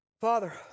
Father